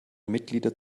mitglieder